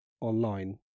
online